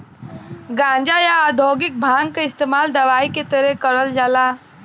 गांजा, या औद्योगिक भांग क इस्तेमाल दवाई के तरे करल जाला